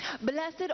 Blessed